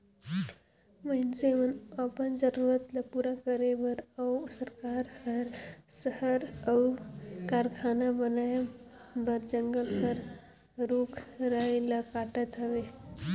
मइनसे मन अपन जरूरत ल पूरा करे बर अउ सरकार हर सहर अउ कारखाना बनाए बर जंगल कर रूख राई ल काटत अहे